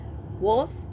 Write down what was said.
Wolf